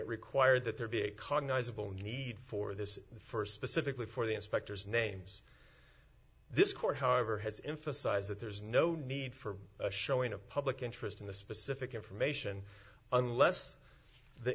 it required that there be a cognizable need for this first specifically for the inspectors names this court however has emphasized that there's no need for a showing of public interest in the specific information unless the